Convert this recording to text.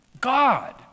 God